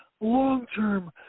long-term